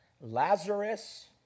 Lazarus